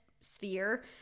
sphere